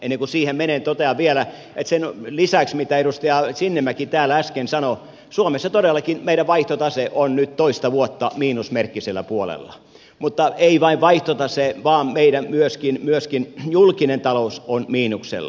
ennen kuin siihen menen totean vielä että sen lisäksi mitä edustaja sinnemäki täällä äsken sanoi suomessa todellakin meidän vaihtotaseemme on nyt toista vuotta miinusmerkkisellä puolella mutta ei vain vaihtotase vaan myöskin meidän julkinen taloutemme on miinuksella